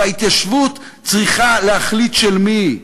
וההתיישבות צריכה להחליט של מי היא: